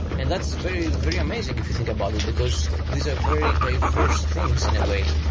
and that's very, very amazing if you think about it, because these are very diverse things in a way.